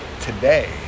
today